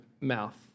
mouth